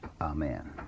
amen